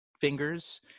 fingers